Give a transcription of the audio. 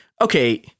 okay—